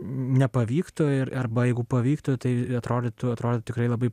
nepavyktų ir arba jeigu pavyktų tai atrodytų atrodytų tikrai labai